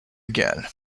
again